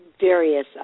various